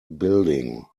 building